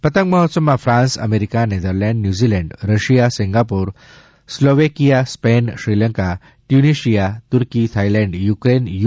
પતંગ મહોત્સવમાં France America Netherlands New Zealand Russia Singapore Slovakia Spain Sri Lanka Tunisia Turkey Thailand Ukraine you